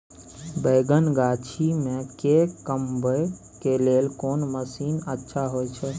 बैंगन गाछी में के कमबै के लेल कोन मसीन अच्छा होय छै?